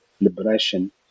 liberation